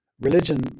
Religion